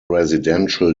residential